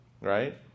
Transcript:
Right